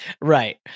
right